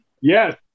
Yes